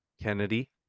Kennedy